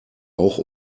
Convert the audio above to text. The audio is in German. auch